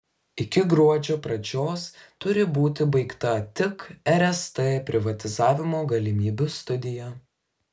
iki gruodžio pradžios turi būti baigta tik rst privatizavimo galimybių studija